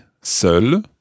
Seul